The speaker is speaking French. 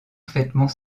parfaitement